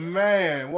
man